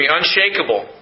unshakable